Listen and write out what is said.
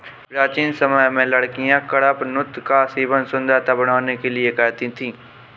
प्राचीन समय में लड़कियां कडपनुत का सेवन सुंदरता बढ़ाने के लिए करती थी